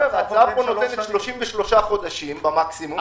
33 חודשים במקסימום.